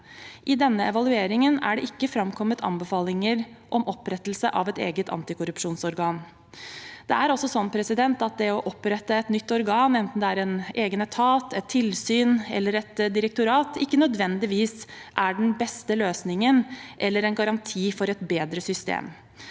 I denne evalueringen er det ikke framkommet anbefalinger om opprettelse av et eget antikorrupsjonsorgan. Det å opprette et nytt organ, enten det er en egen etat, et tilsyn eller et direktorat, er ikke nødvendigvis den beste løsningen eller en garanti for et bedre system.